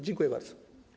Dziękuję bardzo.